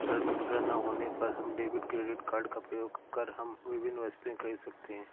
तरल मुद्रा ना होने पर हम डेबिट क्रेडिट कार्ड का प्रयोग कर हम विभिन्न वस्तुएँ खरीद सकते हैं